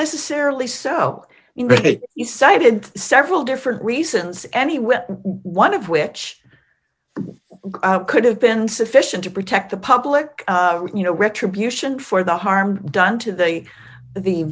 necessarily so you cited several different reasons anyway one of which could have been sufficient to protect the public you know retribution for the harm done to the the